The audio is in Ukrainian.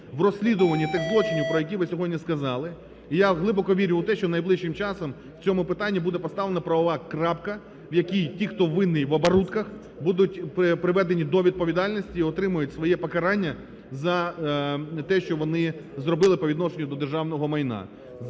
в розслідуванні тих злочинів, про які ви сьогодні сказали. І я глибоко вірю у те, що найближчим часом в цьому питанні буде поставлена правова крапка, в якій ті, хто винний в оборудках, будуть приведені до відповідальності і отримають своє покарання за те, що вони зробили по відношенню до державного майна.